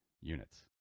units